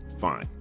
Fine